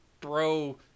bro